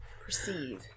Proceed